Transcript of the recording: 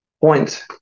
point